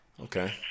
Okay